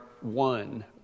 one